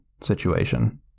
situation